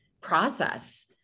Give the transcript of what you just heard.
process